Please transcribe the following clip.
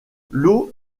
lot